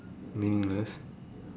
meaningless